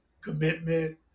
commitment